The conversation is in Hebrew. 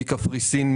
מקפריסין,